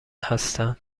هستن